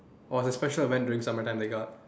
oh it's a special event during summer time they got